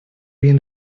been